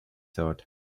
thought